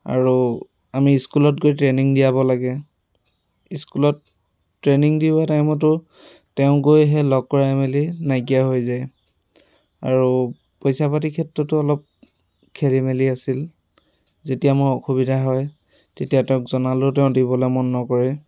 আৰু আমি স্কুলত গৈ ট্ৰেইনিঙ দিয়াব লাগে স্কুলত ট্ৰেইনিঙ দিব টাইমতো তেওঁ গৈ সেই লগ কৰাই মেলি নাইকীয়া হৈ যায় আৰু পইচা পাতিৰ ক্ষেত্ৰতো অলপ খেলিমেলি আছিল যেতিয়া মোৰ অসুবিধা হয় তেতিয়া তেওঁক জনালেও তেওঁ দিবলৈ মন নকৰে